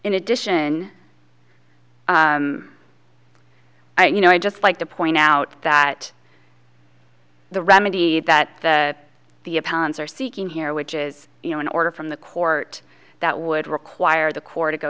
in addition you know i just like to point out that the remedy that the opponents are seeking here which is you know an order from the court that would require the court to go